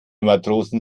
matrosen